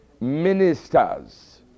ministers